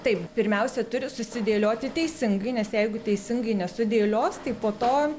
taip pirmiausia turi susidėlioti teisingai nes jeigu teisingai nesudėlios tai po to